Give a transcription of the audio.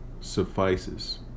suffices